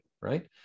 right